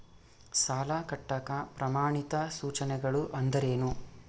ಸಾಲ ಕಟ್ಟಾಕ ಪ್ರಮಾಣಿತ ಸೂಚನೆಗಳು ಅಂದರೇನು?